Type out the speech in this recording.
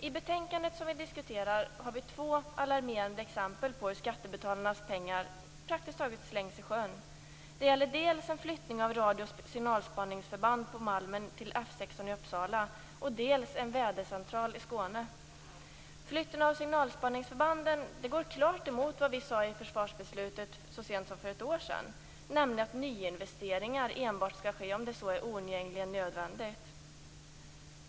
I betänkandet finns det två alarmerande exempel på hur skattebetalarnas pengar praktiskt taget slängs i sjön. Det gäller dels en förflyttning av radio och signalspaningsförband på Malmen till F16 i Uppsala, dels en vädercentral i Skåne. Flytten av signalspaningsförbanden går klart emot vad vi sade i försvarsbeslutet så sent som för ett år sedan, nämligen att nyinvesteringar enbart skall ske om det oundgängligen är nödvändigt.